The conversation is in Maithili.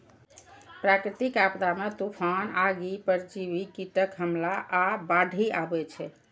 प्राकृतिक आपदा मे तूफान, आगि, परजीवी कीटक हमला आ बाढ़ि अबै छै